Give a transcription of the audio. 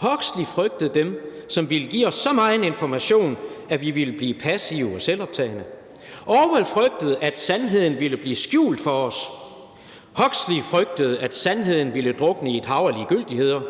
Huxley frygtede dem, som ville give os så megen information, at vi ville blive passive og selvoptagne. Orwell frygtede, at sandheden ville blive skjult for os. Huxley frygtede, at sandheden ville drukne i et hav af ligegyldigheder.